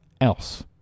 else